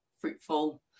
fruitful